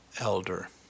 elder